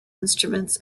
instruments